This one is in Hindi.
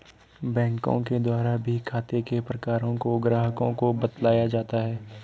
बैंकों के द्वारा भी खाते के प्रकारों को ग्राहकों को बतलाया जाता है